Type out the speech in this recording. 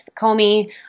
Comey